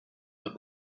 but